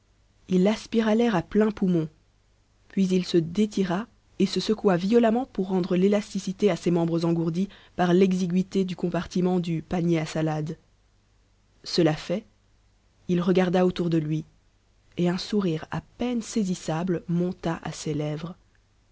il aspira l'air à pleins poumons puis il se détira et se secoua violemment pour rendre l'élasticité à ses membres engourdis par l'exiguïté du compartiment du panier à salade cela fait il regarda autour de lui et un sourire à peine saisissable monta à ses lèvres